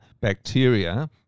bacteria